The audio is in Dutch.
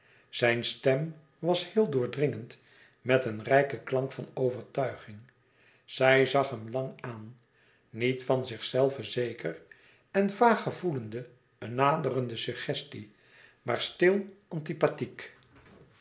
zijn stem was heel doordringend met een rijken klank van overtuiging zij zag hem lang aan niet van zichzelve zeker en vaag gevoelende een naderende suggestie maar stil antipathiek